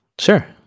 Sure